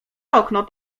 okno